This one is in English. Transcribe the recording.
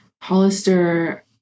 Hollister